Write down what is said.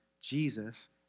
Jesus